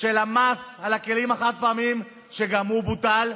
של המס על הכלים החד-פעמיים, שגם הוא בוטל.